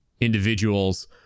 individuals